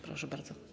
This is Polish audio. Proszę bardzo.